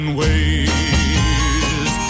ways